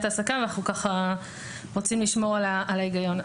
העסקה ואנחנו רוצים לשמור על ההיגיון.